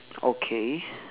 okay